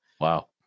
wow